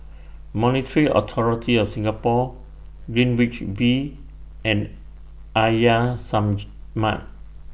Monetary Authority of Singapore Greenwich V and Arya